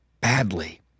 Badly